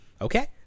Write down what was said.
Okay